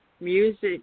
music